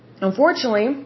Unfortunately